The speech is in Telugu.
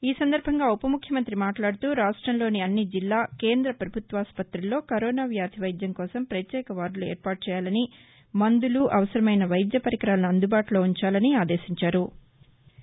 ఈసందర్బంగా ఉపముఖ్యమంతి మాట్లాడుతూ రాష్టంలోని అన్ని జిల్లా కేంద్ర పభుత్వాస్పతులలో కరోనా వ్యాధి వైద్యంకోసం ప్రత్యేక వార్డులు ఏర్పాటు చేయాలని మందులు అవసరమైన వైద్య పరికరాలను అందుబాటులో ఉంచాలని ఆదేశించారు